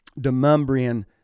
Demumbrian